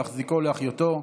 להחזיקו ולהחיותו,